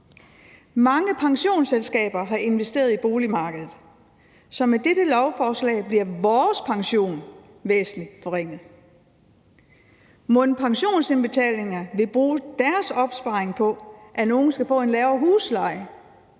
Mange pensionsselskaber har investeret i boligmarkedet, så med dette lovforslag bliver vores pension væsentligt forringet. Mon pensionsindbetalerne vil bruge deres opsparing på, at nogle skal få en lavere husleje?